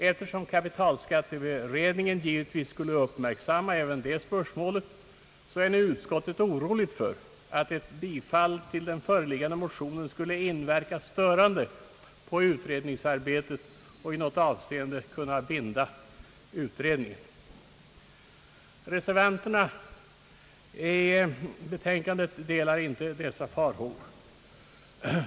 Eftersom kapitalskatteberedningen givetvis skulle uppmärksamma även detta spörsmål, är nu utskottet oroligt för att ett bifall till den föreliggande motionen skulle inverka störande på utredningsarbetet och i något avseende kunna binda utredningen. Reservanterna delar inte dessa farhågor.